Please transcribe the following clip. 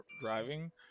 driving